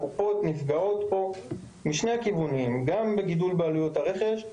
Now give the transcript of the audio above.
הקופות נפגעות פה משני הכיוונים: גם גידול בעלויות הרכש,